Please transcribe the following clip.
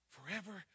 Forever